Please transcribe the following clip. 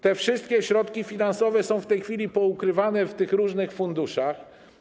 Te wszystkie środki finansowe są w tej chwili poukrywane w różnych funduszach.